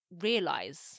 realize